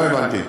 לא הבנתי.